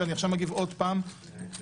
ועכשיו אני מגיב עוד פעם פה.